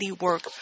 Work